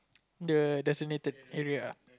the the designated area ah